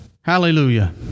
Hallelujah